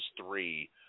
three